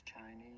Chinese